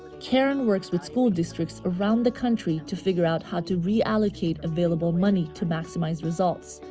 kiran works with school districts around the country to figure out how to reallocate available money to maximize results.